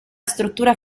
struttura